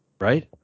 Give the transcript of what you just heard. Right